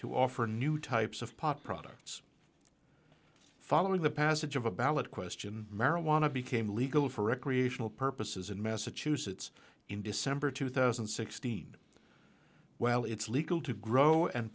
to offer new types of pot products following the passage of a ballot question marijuana became legal for recreational purposes in massachusetts in december two thousand and sixteen well it's legal to grow and